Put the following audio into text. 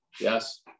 Yes